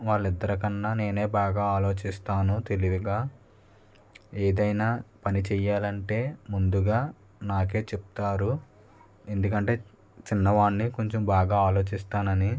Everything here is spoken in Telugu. వాళ్ళ ఇద్దరికన్నా నేనే బాగా ఆలోచిస్తాను తెలివిగా ఏదైనా పని చేయాలంటే ముందుగా నాకే చెప్తారు ఎందుకంటే చిన్న వాణ్ణి కొంచెం బాగా ఆలోచిస్తానని